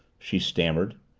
she stammered.